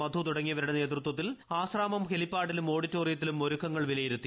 മധു തുടങ്ങിയവരുടെ നേതൃത്വത്തിൽ ആശ്രാമം ഹെലിപ്പാഡിലും ഓഡിറ്റോറിയത്തിലും ഒരുക്കങ്ങൾ വിലയിരുത്തി